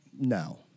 No